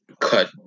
cut